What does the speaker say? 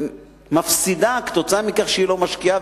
מפסידה כתוצאה מכך שהיא לא משקיעה,